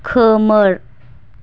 खोमोर